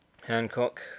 Hancock